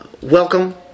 welcome